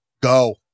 go